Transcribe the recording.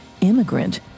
immigrant